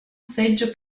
seggio